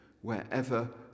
wherever